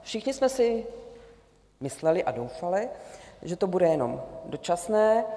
Všichni jsme si mysleli a doufali, že to bude jenom dočasné.